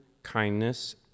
Kindness